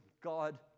God